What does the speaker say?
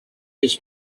his